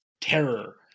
terror